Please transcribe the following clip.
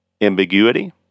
Ambiguity